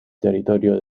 territorio